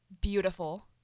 Beautiful